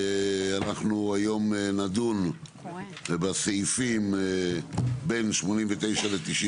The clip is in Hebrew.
אנחנו היום נדון בסעיפים בין 89 ל-91.